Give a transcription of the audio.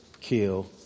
kill